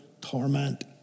torment